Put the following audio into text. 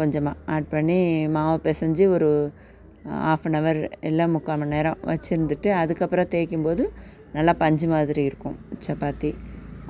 கொஞ்சமாக ஆட் பண்ணி மாவை பிசஞ்சி ஒரு ஹாஃவ்நவர் இல்லை முக்கால் மணி நேரம் வச்சுருந்துட்டு அதுக்கு அப்புறம் தேய்கும் போது நல்லா பஞ்சு மாதிரி இருக்கும் சப்பாத்தி